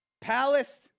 palace